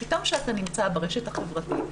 ופתאום כשאתה נמצא ברשת החברתית,